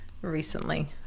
recently